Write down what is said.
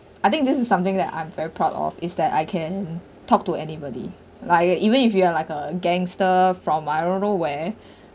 I think this is something that I'm very proud of it's that I can talk to anybody like uh even if you are like a gangster from I don't know where